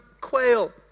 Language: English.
quail